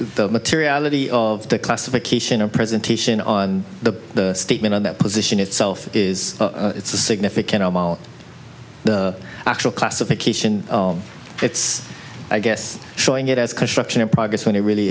the materiality of the classification of presentation on the statement on that position itself is it's a significant the actual classification it's i guess showing it as construction in progress when it really